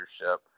leadership